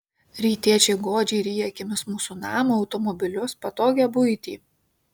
rytiečiai godžiai ryja akimis mūsų namą automobilius patogią buitį